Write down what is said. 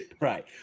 Right